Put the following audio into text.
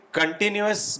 continuous